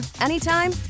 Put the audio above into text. anytime